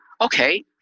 okay